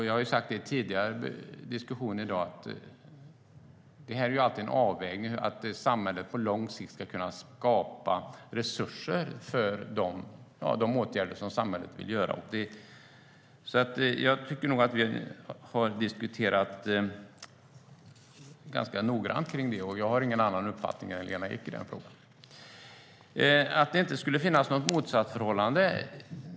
Jag har i de tidigare diskussionerna i dag sagt att det är fråga om en avvägning att samhället på lång sikt ska kunna skapa resurser för de åtgärder som samhället behöver vidta. Jag tycker nog att vi har diskuterat frågan noga, och jag har ingen annan uppfattning än Lena Ek i den frågan. Sedan har vi frågan om att det inte skulle råda något motsatsförhållande.